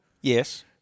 yes